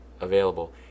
available